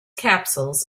capsules